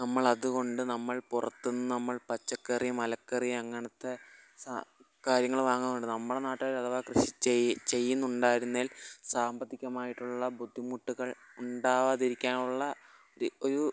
നമ്മളതുകൊണ്ട് നമ്മൾ പുറത്ത് നിന്ന് നമ്മൾ പച്ചക്കറി മലക്കറി അങ്ങനത്തെ സാ കാര്യങ്ങള് വാങ്ങാറുണ്ട് നമ്മുടെ നാട്ടുകാര് അഥവാ കൃഷി ചെ ചെയ്യുന്നുണ്ടായിരുന്നേൽ സാമ്പത്തികമായിട്ടുള്ള ബുദ്ധിമുട്ടുകൾ ഉണ്ടാവാതിരിക്കാനുള്ള തി ഒരു